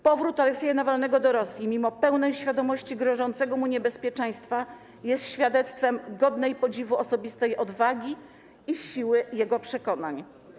Powrót Aleksieja Nawalnego do Rosji, mimo pełnej świadomości grożącego mu niebezpieczeństwa, jest świadectwem godnej podziwu osobistej odwagi i siły jego przekonań.